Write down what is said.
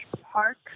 park